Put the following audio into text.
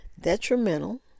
detrimental